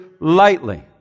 lightly